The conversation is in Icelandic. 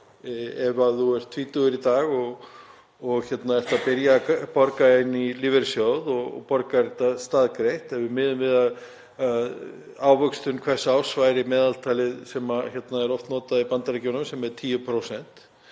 ef þú er tvítugur í dag og ert að byrja að borga inn í lífeyrissjóð og borgar þetta staðgreitt? Ef við miðum við að ávöxtun hvers árs væri meðaltalið sem er oft notað í Bandaríkjunum, sem er 10%,